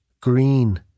green